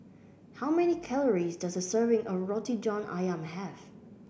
how many calories does a serving of Roti John ayam have